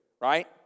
right